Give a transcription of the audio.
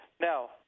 Now